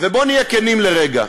בואו נהיה כנים לרגע,